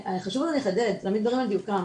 חשוב לי לחדד, להעמיד דברים על דיוקם.